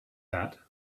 that